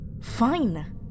Fine